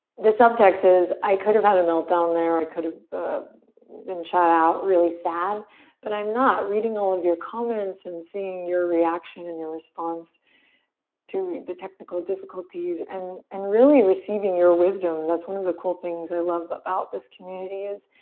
the subtext is i could've had a meltdown there. i could've been shot out really sad but i'm not reading all of your comments and seeing your reaction and your response to the technical difficulties and and really receiving your wisdom. that's one of the cool things i love about this community is